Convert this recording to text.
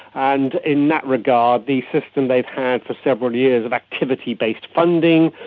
and in that regard the system they've had for several years of activity-based funding,